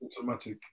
automatic